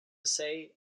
say